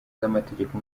z’amategeko